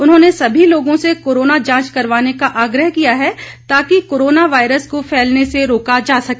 उन्होंने सभी लोगों से कोरोना जांच करवाने का आग्रह किया है ताकि कोरोना वायरस को फैलने से रोका जा सके